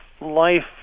life